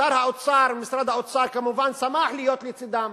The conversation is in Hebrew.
שר האוצר ומשרד האוצר כמובן שמחו להיות לצדם.